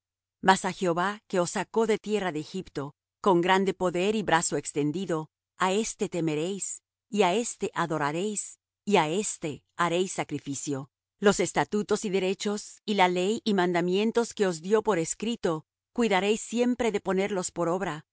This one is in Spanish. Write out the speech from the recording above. mas á jehová que os sacó de tierra de egipto con grande poder y brazo extendido á éste temeréis y á éste adoraréis y á éste haréis sacrificio los estatutos y derechos y ley y mandamientos que os dió por escrito cuidaréis siempre de ponerlos por obra